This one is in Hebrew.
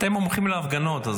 אתם מומחים להפגנות.